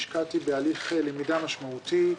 השקעתי בהליך למידה משמעותי.